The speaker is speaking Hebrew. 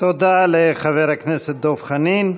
תודה לחבר הכנסת דב חנין.